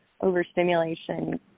overstimulation